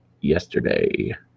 yesterday